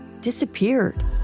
disappeared